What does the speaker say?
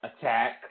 attack